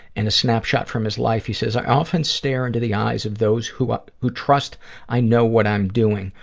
in a snapshot from his life, he says, i often stare into the eyes of those who ah who trust i know what i'm doing,